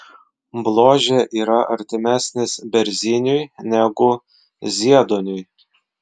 bložė yra artimesnis berziniui negu zieduoniui